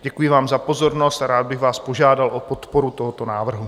Děkuji vám za pozornost a rád bych vás požádal o podporu tohoto návrhu.